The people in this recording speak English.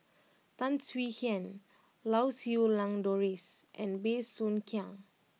Tan Swie Hian Lau Siew Lang Doris and Bey Soo Khiang